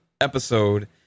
episode